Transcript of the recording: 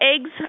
eggs